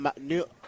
new